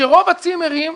שרוב הצימרים,